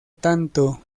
tanto